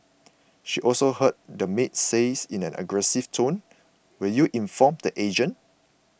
she also heard the maid say in an aggressive tone will you inform the agent